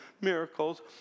miracles